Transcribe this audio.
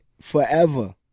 Forever